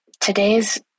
today's